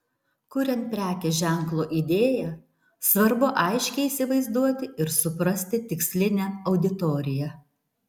kuriant prekės ženklo idėją svarbu aiškiai įsivaizduoti ir suprasti tikslinę auditoriją